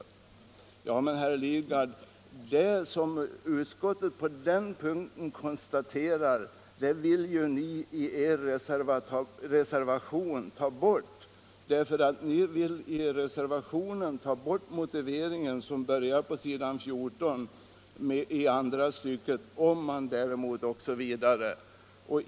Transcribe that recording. Det stämmer, men, herr Lidgard, det som utskottet konstaterar på den punkten vill ni och herr Winberg i er reservation ta bort. Ni vill ta bort den del av motiveringen som börjar på s. 14 med orden ”Om man”.